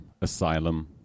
Asylum